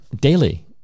Daily